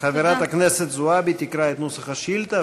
חברת הכנסת זועבי תקרא את נוסח השאילתה,